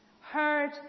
heard